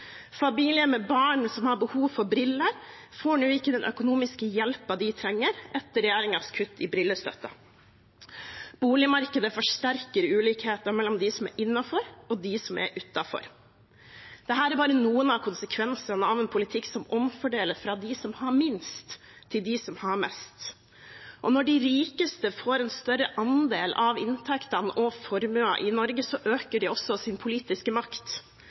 Familier med barn som har behov for briller, får nå ikke den økonomiske hjelpen de trenger, etter regjeringens kutt i brillestøtten. Boligmarkedet forsterker ulikheten mellom dem som er innenfor, og dem som er utenfor. Dette er bare noen av konsekvensene av en politikk som omfordeler fra dem som har minst, til dem som har mest. Når de rikeste får en større andel av inntektene og formuen i Norge, øker de også sin politiske makt.